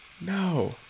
No